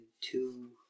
two